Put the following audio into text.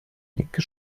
linke